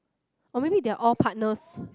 or maybe they are all partners